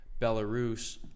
Belarus